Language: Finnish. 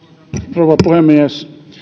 rouva puhemies